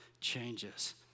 changes